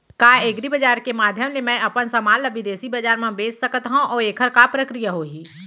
का एग्रीबजार के माधयम ले मैं अपन समान ला बिदेसी बजार मा बेच सकत हव अऊ एखर का प्रक्रिया होही?